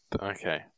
Okay